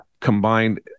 Combined